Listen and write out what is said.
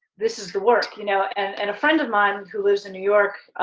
this is the work, you know and and a friend of mine who lives in new york,